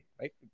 right